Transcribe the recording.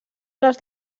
les